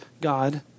god